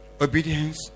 Obedience